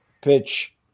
pitch